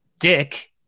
dick